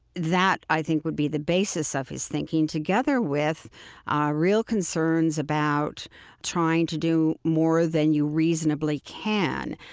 that, i think, would be the basis of his thinking, together with ah real concerns about trying to do more than you reasonably can,